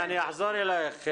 כן, אנחנו נחזור אלייך.